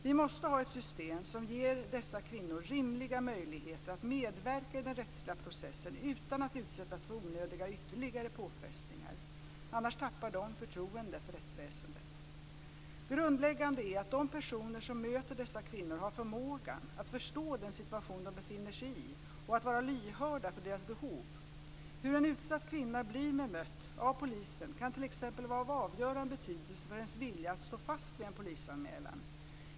Vi måste ha ett system som ger dessa kvinnor rimliga möjligheter att medverka i den rättsliga processen utan att utsättas för onödiga ytterligare påfrestningar. Annars tappar de förtroendet för rättsväsendet. Grundläggande är att de personer som möter dessa kvinnor har förmågan att förstå den situation de befinner sig i och att vara lyhörda för deras behov. Hur en utsatt kvinna blir bemött av polisen kan t.ex. vara av avgörande betydelse för hennes vilja att stå fast vid en polisanmälan.